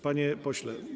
Panie pośle.